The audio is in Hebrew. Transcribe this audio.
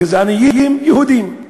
גזענים יהודים,